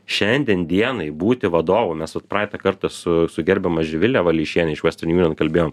šiandien dienai būti vadovu mes vat praeitą kartą su su gerbiama živile valeišiene iš vestern junion kalbėjom